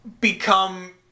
become